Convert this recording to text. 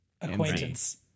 acquaintance